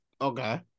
Okay